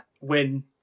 win